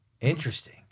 Interesting